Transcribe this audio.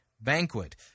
banquet